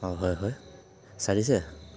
হয় হয় চাই দিছে